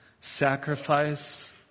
sacrifice